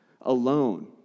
alone